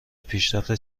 پیشرفت